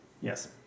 Yes